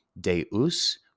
Deus